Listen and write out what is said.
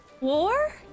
War